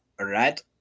right